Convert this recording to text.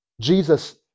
Jesus